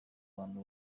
bantu